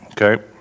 Okay